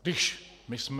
Když my jsme...